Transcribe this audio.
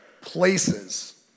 places